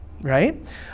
right